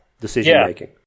decision-making